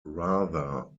rather